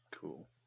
Cool